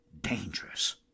dangerous